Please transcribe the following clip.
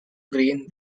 green